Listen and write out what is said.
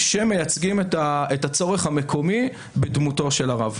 שמייצגים את הצורך המקומי בדמותו של הרב.